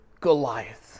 Goliath